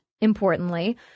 importantly